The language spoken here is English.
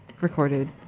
recorded